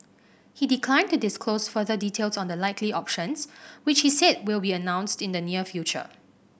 he declined to disclose further details on the likely options which he said will be announced in the near future